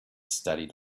studied